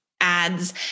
ads